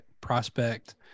prospect